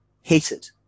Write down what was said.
hated